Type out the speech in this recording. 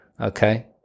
Okay